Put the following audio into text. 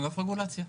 אגף רגולציה.